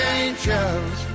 angels